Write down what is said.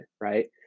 right